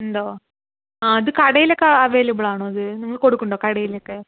ഉണ്ടോ ആ അത് കടയിൽ ഒക്കെ അവൈലബിൾ ആണോ അത് നിങ്ങള് കൊടുക്കുന്നുണ്ടോ കടയിൽ ഒക്കെ